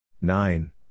Nine